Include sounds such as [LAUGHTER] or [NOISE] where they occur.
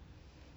[BREATH]